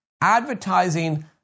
advertising